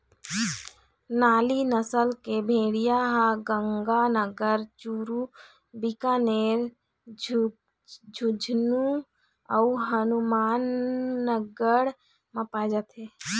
नाली नसल के भेड़िया ह गंगानगर, चूरू, बीकानेर, झुंझनू अउ हनुमानगढ़ म पाए जाथे